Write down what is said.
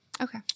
Okay